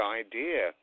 idea